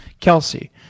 Kelsey